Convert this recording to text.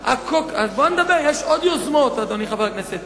אז בוא נדבר, יש עוד יוזמות, אדוני חבר הכנסת.